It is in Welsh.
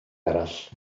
arall